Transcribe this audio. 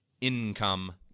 income